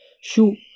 shoe